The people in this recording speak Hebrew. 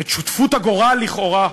את שותפות הגורל, לכאורה.